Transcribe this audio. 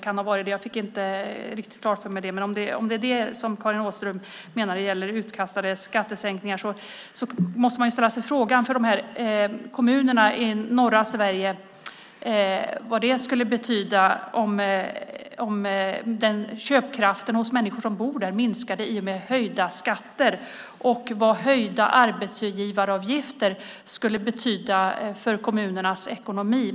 Jag fick det inte riktigt klart för mig, men om det är det som Karin Åström menar med utkastade pengar på skattesänkningar måste man ju ställa sig frågan vad det skulle betyda för de här kommunerna i norra Sverige om köpkraften för dem som bor där minskade i och med höjda skatter och vad höjda arbetsgivaravgifter skulle betyda för kommunernas ekonomi.